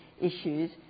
issues